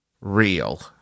Real